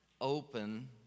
open